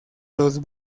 los